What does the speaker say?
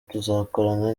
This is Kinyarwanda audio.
tuzakorana